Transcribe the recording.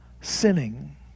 sinning